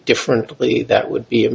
differently that would be